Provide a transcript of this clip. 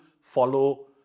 follow